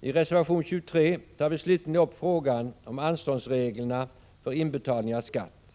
I reservation 23 tar vi slutligen upp frågan om anståndsreglerna för inbetalning av skatt.